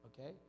Okay